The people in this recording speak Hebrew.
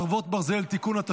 חרבות ברזל) (תיקון),